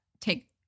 take